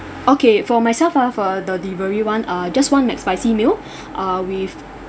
okay for myself ah for the delivery [one] uh just one mcspicy meal uh with